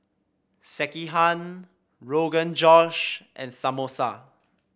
Sekihan Rogan Josh and Samosa